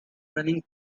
running